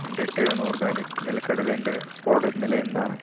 എന്റെ turn organic നിലക്കടലേന്റെ order നില എന്താണ്